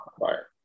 fire